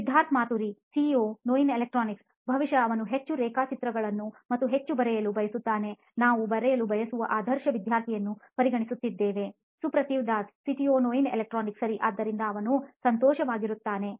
Siddharth Maturi CEO ನೋಯಿನ್ electronics ಬಹುಶಃ ಅವನು ಹೆಚ್ಚು ರೇಖಾಚಿತ್ರಗಳನ್ನು ಮತ್ತು ಹೆಚ್ಚು ಬರೆಯಲು ಬಯಸುತ್ತಾನೆನಾವು ಬರೆಯಲು ಬಯಸುವ ಆದರ್ಶ ವಿದ್ಯಾರ್ಥಿಯನ್ನು ಪರಿಗಣಿಸುತ್ತಿದ್ದೇವೆ ಸುಪ್ರತಿವ್ ದಾಸ್ ಸಿಟಿಒ ನೋಯಿನ್ ಎಲೆಕ್ಟ್ರಾನಿಕ್ಸ್ಸರಿ ಆದ್ದರಿಂದ ಅವನು ಸಂತೋಷವಾಗಿರುತ್ತಾನೆ